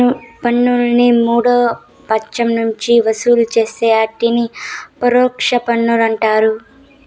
పన్నుని మూడో పచ్చం నుంచి వసూలు చేస్తే ఆటిని పరోచ్ఛ పన్నులంటారు